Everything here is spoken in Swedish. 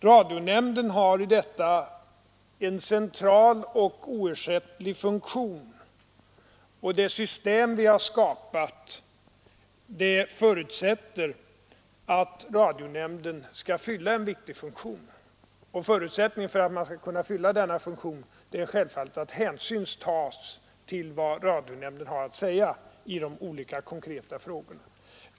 I det avtalet har radionämnden en central och oersättlig funktion, och det system vi där har skapat förutsätter att nämnden fyller denna viktiga funktion. Och förutsättningen härför är självfallet att hänsyn tas till vad nämnden har att säga i de olika konkreta frågorna.